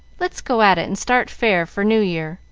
let's go at it and start fair for new year,